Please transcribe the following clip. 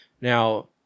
Now